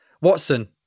Watson